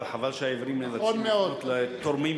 אבל חבל שהעיוורים צריכים לפנות לתורמים,